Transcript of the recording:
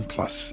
Plus